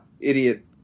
idiot